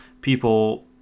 people